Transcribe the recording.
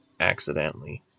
accidentally